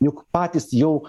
juk patys jau